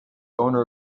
owner